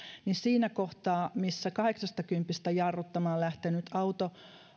niin siinä kohtaa missä kahdeksastakympistä jarruttamaan lähtenyt auto